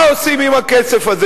מה עושים עם הכסף הזה.